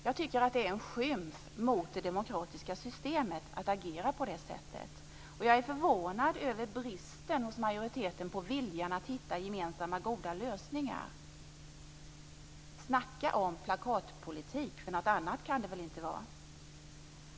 Jag tycker det är en skymf mot det demokratiska systemet att agera på det sättet. Jag är förvånad över bristen hos majoriteten på viljan att hitta gemensamma goda lösningar. Snacka om plakatpolitik! Något annat kan det väl inte vara.